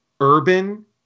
urban